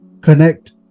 Connect